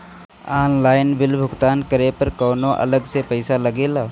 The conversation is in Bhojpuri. ऑनलाइन बिल भुगतान करे पर कौनो अलग से पईसा लगेला?